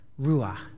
ruach